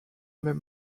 même